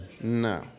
No